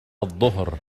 الظهر